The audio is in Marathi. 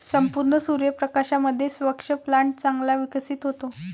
संपूर्ण सूर्य प्रकाशामध्ये स्क्वॅश प्लांट चांगला विकसित होतो